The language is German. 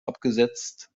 abgesetzt